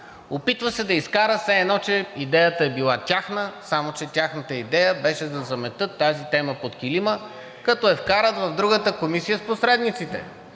Опитва се да изкара все едно, че идеята е била тяхна, само че тяхната идея беше да заметат тази тема под килима, като я вкарат в другата комисия с посредниците.